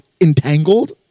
entangled